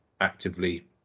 actively